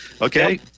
Okay